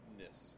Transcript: ness